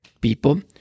people